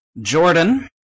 Jordan